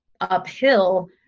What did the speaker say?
uphill